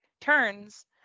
turns